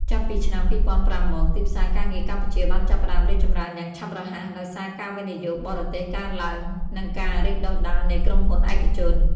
ចាប់ពីឆ្នាំ ២០០៥ មក ទីផ្សារការងារកម្ពុជាបានចាប់ផ្តើមរីកចម្រើនយ៉ាងឆាប់រហ័ស ដោយសារការវិនិយោគបរទេសកើនឡើង និងការរីកដុះដាលនៃក្រុមហ៊ុនឯកជន។